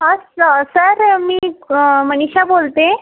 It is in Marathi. हा सर मी मनिषा बोलतेय